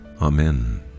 Amen